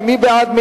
מי בעד,